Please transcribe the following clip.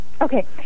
Okay